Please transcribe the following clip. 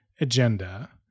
agenda